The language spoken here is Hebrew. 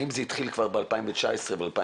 האם זה התחיל כבר ב-2019 וב-2020?